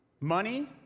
money